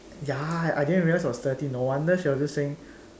ya I I didn't realize it was thirty no wonder she was just saying